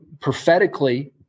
prophetically